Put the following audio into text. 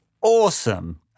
awesome